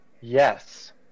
Yes